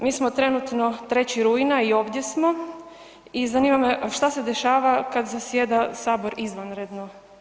Mi smo trenutno 3. rujna i ovdje smo i zanima što se dešava kad zasjeda Sabor izvanredno?